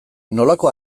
nolako